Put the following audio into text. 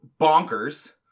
bonkers